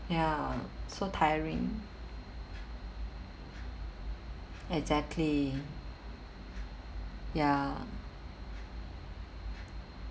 ya so tiring exactly ya